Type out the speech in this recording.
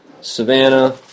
Savannah